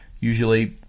usually